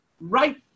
right